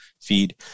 feed